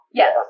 yes